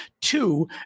Two